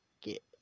get